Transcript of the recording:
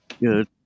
Good